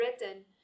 written